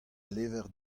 levr